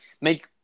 make